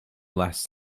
last